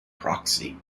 proxy